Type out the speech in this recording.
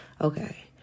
Okay